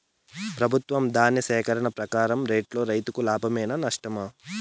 ప్రభుత్వం ధాన్య సేకరణ ప్రకారం రేటులో రైతుకు లాభమేనా నష్టమా?